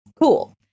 Cool